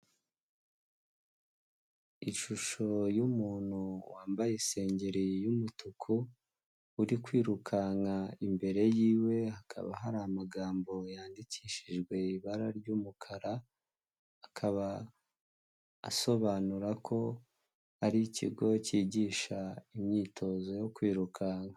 Ishusho y'umuntu wambaye isengeri y'umutuku uri kwirukanka imbere yiwe hakaba hari amagambo yandikishijwe ibara ry'umukara, akaba asobanura ko ari ikigo cyigisha imyitozo yo kwirukanka.